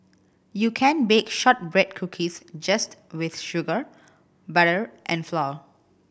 you can bake shortbread cookies just with sugar butter and flour